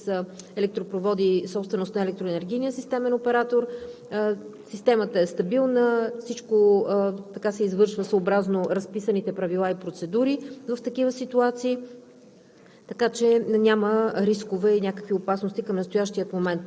Това е по отношение на местата, в които имаше проблем с електропроводи, собственост на Електроенергийния системен оператор. Системата е стабилна и всичко се извършва съобразно разписаните правила и процедури в такива ситуации,